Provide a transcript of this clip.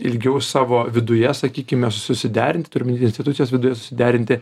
ilgiau savo viduje sakykime susiderinti turiu omeny institucijos viduje suderinti